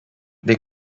they